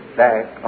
back